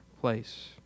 place